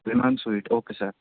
رحمان sweet okay سر